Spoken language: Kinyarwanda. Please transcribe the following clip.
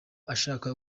ashaka